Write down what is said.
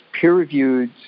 peer-reviewed